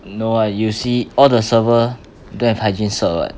no [what] you see all the server don't have hygiene [what]